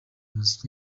umuziki